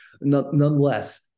nonetheless